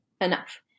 enough